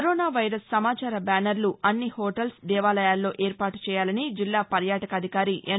corona virus సమాచార బ్యానర్లు అన్ని హెూటల్స్ దేవాలయాల్లో ఏర్పాటు చేయాలని జిల్లా పర్యాటక అధికారి ఎన్